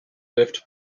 lift